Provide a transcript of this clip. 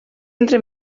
entre